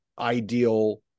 ideal